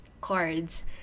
cards